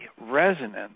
resonance